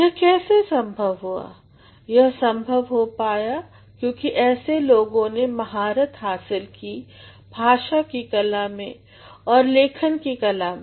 यह कैसे संभव हुआ यह संभव हो पाया क्योंकि ऐसे लोगों ने महारत हासिल कर ली है भाषा की कला में और लेखन की कला में